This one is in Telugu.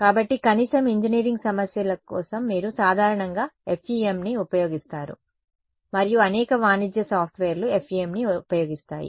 కాబట్టి కనీసం ఇంజినీరింగ్ సమస్యల కోసం మీరు సాధారణంగా FEMని ఉపయోగిస్తారు మరియు అనేక వాణిజ్య సాఫ్ట్వేర్లు FEMని ఉపయోగిస్తాయి